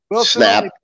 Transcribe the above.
snap